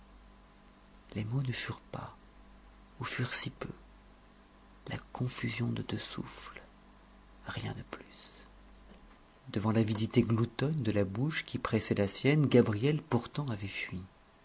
les mots ne furent pas ou furent si peu la confusion de deux souffles rien de plus devant l'avidité gloutonne de la bouche qui pressait la sienne gabrielle pourtant avait fui